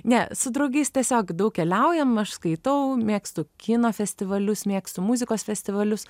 ne su draugais tiesiog daug keliaujam aš skaitau mėgstu kino festivalius mėgstu muzikos festivalius